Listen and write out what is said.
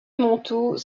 manteaux